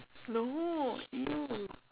no !eww!